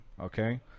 Okay